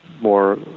more